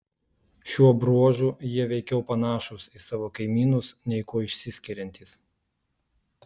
šiuo bruožu jie veikiau panašūs į savo kaimynus nei kuo išsiskiriantys